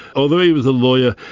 although he was a lawyer,